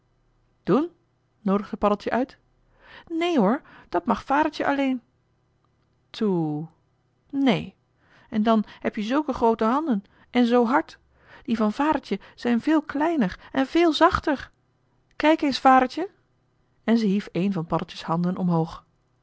noodigde paddeltje uit neen hoor dat mag vadertje alleen toe neen en dan heb-je zulke groote handen en zoo hard die van vadertje zijn veel kleiner en veel zachter kijk eens vadertje en ze hief een van paddeltje's handen omhoog